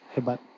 hebat